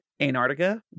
Antarctica